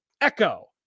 Echo